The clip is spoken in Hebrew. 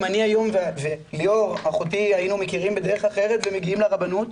אם אני היום וליאור אחותי היינו מכירים בדרך אחרת ומגיעים לרבנות,